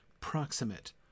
proximate